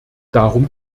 darum